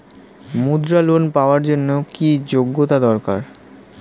মুদ্রা লোন পাওয়ার জন্য কি যোগ্যতা দরকার?